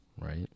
Right